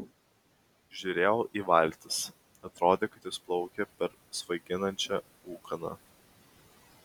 žiūrėjau į valtis atrodė kad jos plaukia per svaiginančią ūkaną